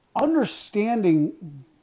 understanding